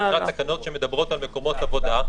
בפרט תקנות שמדברות על מקומות עבודה,